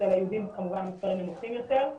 אצל היהודים המספרים כמובן נמוכים יותר,